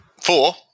four